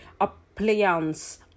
appliance